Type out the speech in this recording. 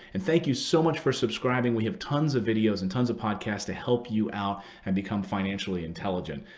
and thank you so much for subscribing. we have tons of videos and tons of podcasts to help you out and become financially intelligent.